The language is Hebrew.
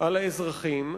על האזרחים,